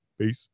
Peace